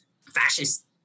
fascist